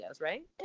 right